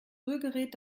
rührgerät